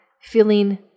feeling